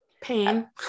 pain